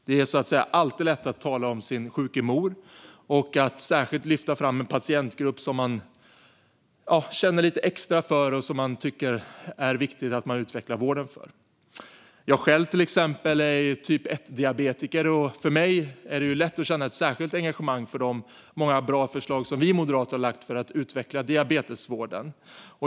Det är alltid lätt att tala för sin sjuka mor och att särskilt lyfta fram en patientgrupp som man känner lite extra för och tycker att det är viktigt att utveckla vården för. Jag själv, till exempel, är typ 1-diabetiker, och för mig är det lätt att känna ett särskilt engagemang för de många bra förslag som vi moderater har lagt fram för att utveckla diabetesvården.